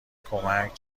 کمک